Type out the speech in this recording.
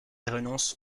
renonce